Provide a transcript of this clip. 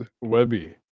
Webby